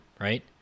right